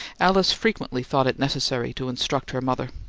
alice frequently thought it necessary to instruct her mother.